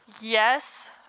Yes